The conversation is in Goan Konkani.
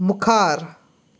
मुखार